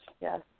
Yes